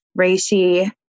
reishi